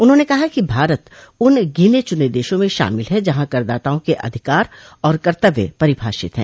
उन्होंने कहा कि भारत उन गिने चुने देशों में शामिल है जहां करदाताओं के अधिकार और कर्तव्य परिभाषित हैं